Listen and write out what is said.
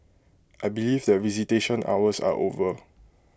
I believe that visitation hours are over